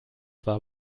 war